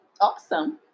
Awesome